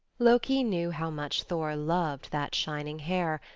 loki knew how much thor loved that shining hair,